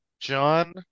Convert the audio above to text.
John